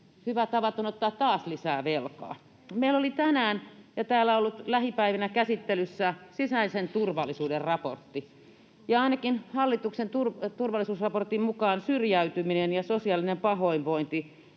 hyvä tavaton ottaa taas lisää velkaa? Meillä oli tänään ja täällä on ollut lähipäivinä käsittelyssä sisäisen turvallisuuden raportti, ja ainakin hallituksen turvallisuusraportin mukaan syrjäytyminen ja sosiaalinen pahoinvointi